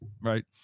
Right